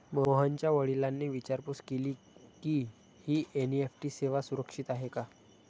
मोहनच्या वडिलांनी विचारपूस केली की, ही एन.ई.एफ.टी सेवा सुरक्षित आहे का?